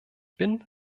bin